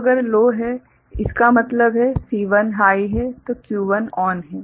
तो C2 low है इसका मतलब है C1 हाइ है तो Q1 ON है